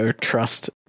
trust